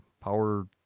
power